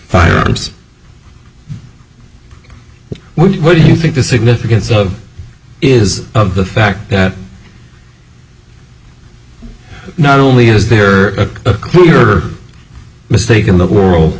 firearms what do you think the significance of is of the fact that not only is there a clearer mistake in the or